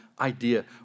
idea